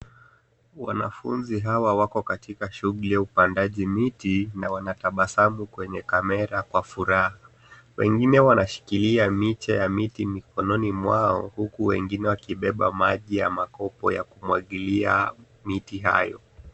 Wanafunzi hawa wako katika shuguli ya upandaji miti na wanatabasamu kwenye kamera kwa furaha. Wengine wanashikilia miche ya miti mikononi mwao huku wengine wakibeba maji ya makopo ya kumwagilia miti hayo.